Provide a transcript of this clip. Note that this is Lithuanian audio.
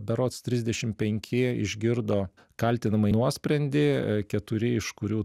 berods trisdešim penki išgirdo kaltinamąjį nuosprendį keturi iš kurių